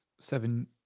seven